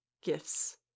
Gifts